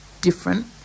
different